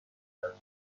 دهم